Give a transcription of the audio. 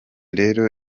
rero